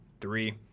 Three